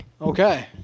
Okay